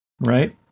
right